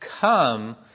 come